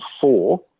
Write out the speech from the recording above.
four